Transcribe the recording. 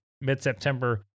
mid-September